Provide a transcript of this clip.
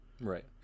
Right